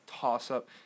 toss-up